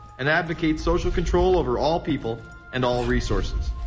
and advocates social control over all people and all resources.